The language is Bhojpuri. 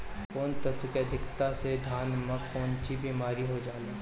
कौन तत्व के अधिकता से धान में कोनची बीमारी हो जाला?